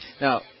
Now